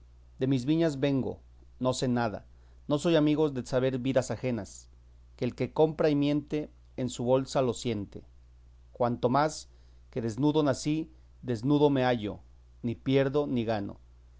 de mis viñas vengo no sé nada no soy amigo de saber vidas ajenas que el que compra y miente en su bolsa lo siente cuanto más que desnudo nací desnudo me hallo ni pierdo ni gano